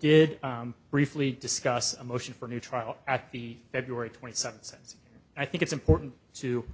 did briefly discuss a motion for a new trial at the feb twenty seventh sense i think it's important to